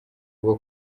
bwo